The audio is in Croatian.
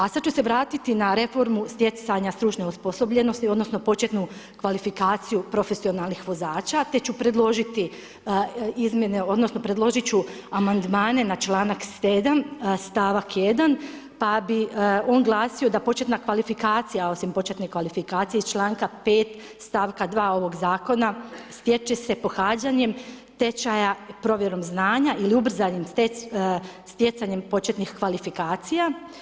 A sad ću se vratiti na reformu stjecanja stručne osposobljenosti odnosno početnu kvalifikaciju profesionalnih vozača te ću predložiti izmjene odnosno predložit ću amandmane na članak 7. stavak 1. pa bi on glasio da početna kvalifikacija osim početne kvalifikacije iz članka 5. stavka 2. ovog zakona stječe se pohađanjem tečaja provjerom znanja ili ubrzanim stjecanjem početnih kvalifikacija.